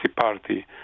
Party